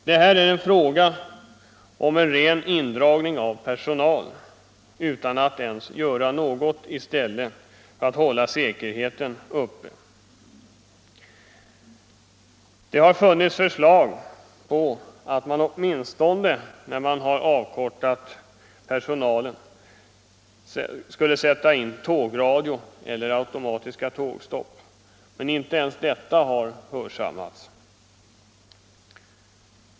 Det är här fråga om en ren indragning av personal utan att man ens gör något i stället för att hålla säkerheten uppe. Det har funnits förslag om att man åtminstone, när man har minskat personalen, skulle sätta in tågradio eller automatiska tågstopp, men inte ens detta förslag har hörsammats.